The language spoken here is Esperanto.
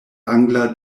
angla